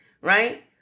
right